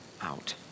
out